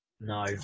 No